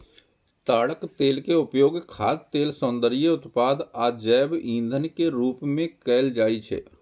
ताड़क तेल के उपयोग खाद्य तेल, सौंदर्य उत्पाद आ जैव ईंधन के रूप मे कैल जाइ छै